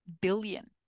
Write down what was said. billion